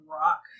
rock